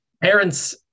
Parents